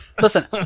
Listen